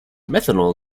methanol